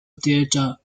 theatre